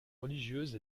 religieuses